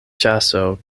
ĉaso